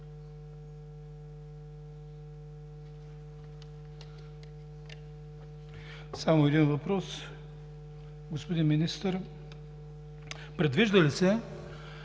Само един въпрос. Господин Министър, предвижда ли се